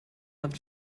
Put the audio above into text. love